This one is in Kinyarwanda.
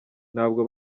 ntabwo